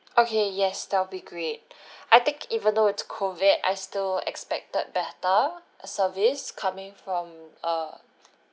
okay yes that will be great I think even though it's COVID I still expected better service coming from uh